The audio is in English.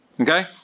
Okay